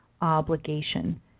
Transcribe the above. obligation